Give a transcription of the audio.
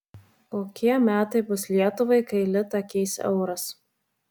kokie metai bus lietuvai kai litą keis euras